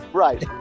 right